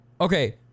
Okay